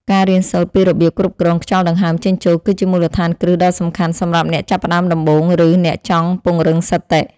ការរៀនសូត្រពីរបៀបគ្រប់គ្រងខ្យល់ដង្ហើមចេញចូលគឺជាមូលដ្ឋានគ្រឹះដ៏សំខាន់សម្រាប់អ្នកចាប់ផ្តើមដំបូង ឬ អ្នកចង់ពង្រឹងសតិ។